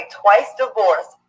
twice-divorced